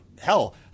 hell